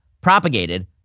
propagated